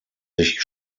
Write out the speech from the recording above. sich